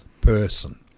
person